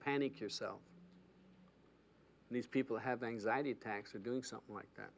panic yourself and these people have anxiety attacks or doing something like that